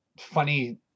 funny